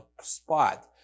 spot